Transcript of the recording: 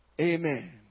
Amen